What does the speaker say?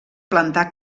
plantar